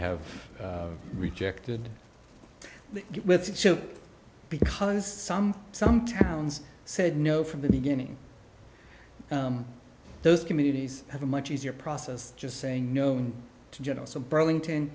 have rejected it with the show because some some towns said no from the beginning those communities have a much easier process just saying no in general so burlington